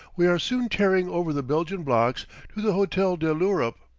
we are soon tearing over the belgian blocks to the hotel de l'europe.